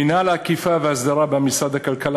מינהל האכיפה וההסדרה במשרד הכלכלה